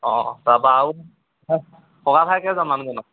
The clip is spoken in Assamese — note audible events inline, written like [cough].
অঁ অঁ তাৰপা আৰু [unintelligible]